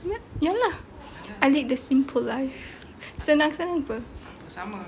ya ya lah I lead the simple life senang sangat [pe]